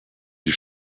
die